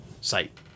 site